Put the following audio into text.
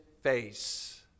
face